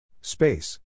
space